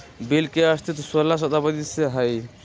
bill के अस्तित्व सोलह शताब्दी से हइ